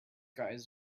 guys